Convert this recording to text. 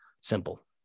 Simple